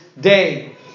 day